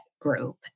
group